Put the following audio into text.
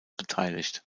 beteiligt